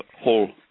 whole